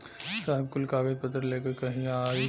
साहब कुल कागज पतर लेके कहिया आई?